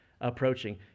approaching